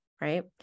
right